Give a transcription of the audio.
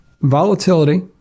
volatility